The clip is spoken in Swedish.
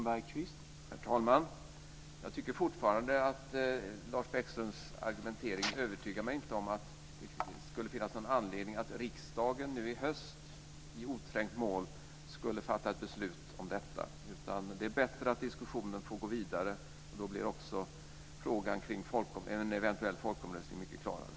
Herr talman! Lars Bäckströms argumentering är fortfarande inte övertygande om att det skulle finnas anledning för riksdagen att i höst i oträngt mål fatta ett beslut om detta. Det är bättre att diskussionen får gå vidare. Då blir frågan kring en eventuell folkomröstning klarare.